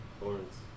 Horns